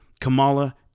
Kamala